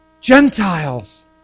Gentiles